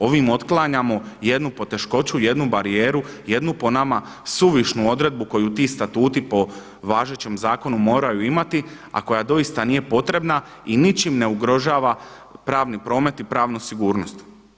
Ovim otklanjamo jednu poteškoću, jednu barijeru, jednu po nama suvišnu odredbu koju ti statuti po važećem zakonu moraju imati, a koja doista nije potrebna i ničim ne ugrožava pravni promet i pravnu sigurnost.